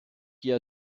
year